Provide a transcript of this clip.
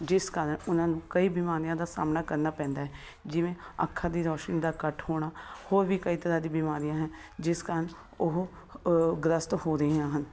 ਜਿਸ ਕਾਰਨ ਉਹਨਾਂ ਨੂੰ ਕਈ ਬਿਮਾਰੀਆਂ ਦਾ ਸਾਹਮਣਾ ਕਰਨਾ ਪੈਂਦਾ ਜਿਵੇਂ ਅੱਖਾਂ ਦੀ ਰੌਸ਼ਨੀ ਦਾ ਘੱਟ ਹੋਣਾ ਹੋਰ ਵੀ ਕਈ ਤਰ੍ਹਾਂ ਦੀ ਬਿਮਾਰੀਆਂ ਹੈ ਜਿਸ ਕਾਰਨ ਉਹ ਗ੍ਰਸਤ ਹੋ ਰਹੀਆਂ ਹਨ